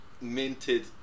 minted